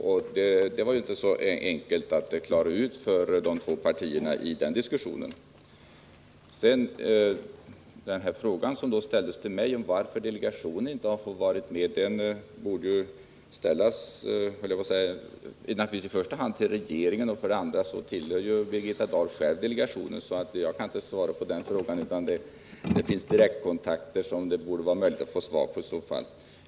Detta var inte så enkelt att klara ut för de två partierna s och fp i den diskussionen. Den fråga som här ställdes till mig, om anledningen till att delegationen inte har fått vara med, borde naturligtvis i första hand ställas till regeringen. Dessutom tillhör Birgitta Dahl själv delegationen. Jag kan inte svara på den frågan, men det borde vara möjligt att få svar genom direktkontakter.